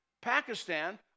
Pakistan